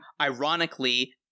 ironically